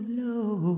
low